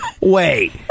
Wait